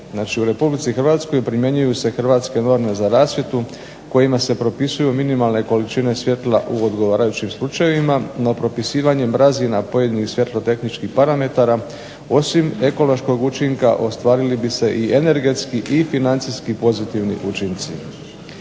u Republici Hrvatskoj primjenjuju se hrvatske norme za rasvjetu, kojima se propisuju minimalne količine svjetla u odgovarajućim slučajevima …/Govornik se ne razumije./… razina pojedinim svjetlo-tehničkih parametara osim ekološkog učinka ostvarili bi se i energetski i financijski pozitivni učinci.